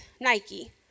Nike